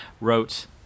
wrote